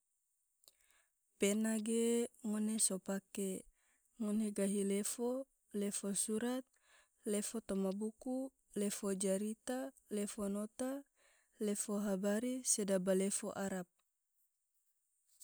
pena ge ngone so pake, ngone gahi lefo, lefo surat, lefo toma buku, lefo jarita, lefo nota, lefo habari, sedaba lefo arab.